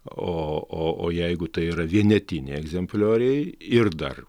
o o o jeigu tai yra vienetiniai egzemplioriai ir dar